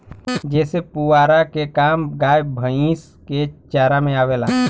जेसे पुआरा के काम गाय भैईस के चारा में आवेला